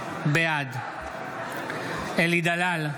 בעד אלי דלל,